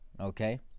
Okay